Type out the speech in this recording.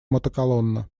мотоколонна